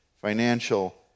financial